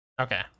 Okay